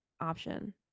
option